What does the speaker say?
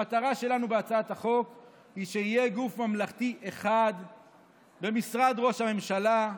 המטרה שלנו בהצעת החוק היא שיהיה גוף ממלכתי אחד במשרד ראש הממשלה,